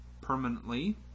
permanently